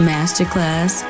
Masterclass